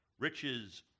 Riches